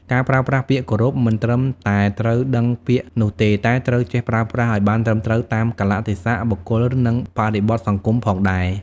ការប្រើប្រាស់ពាក្យគោរពមិនត្រឹមតែត្រូវដឹងពាក្យនោះទេ តែត្រូវចេះប្រើប្រាស់ឱ្យបានត្រឹមត្រូវតាមកាលៈទេសៈ បុគ្គល និងបរិបទសង្គមផងដែរ។